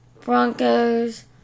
Broncos